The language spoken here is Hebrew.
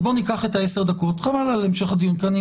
אז ניקח עשר דקות הפסקה חבל על המשך הדיון כאן,